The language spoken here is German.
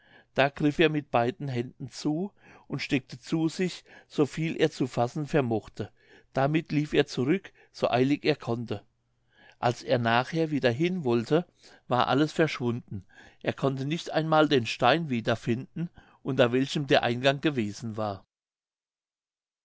da griff er mit beiden händen zu und steckte zu sich so viel er zu fassen vermochte damit lief er zurück so eilig er konnte als er nachher wieder hin wollte war alles verschwunden er konnte nicht einmal den stein wieder finden unter welchem der eingang gewesen war